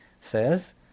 says